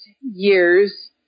years